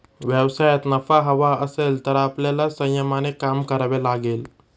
व्यवसायात नफा हवा असेल तर आपल्याला संयमाने काम करावे लागेल